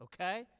okay